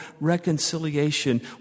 reconciliation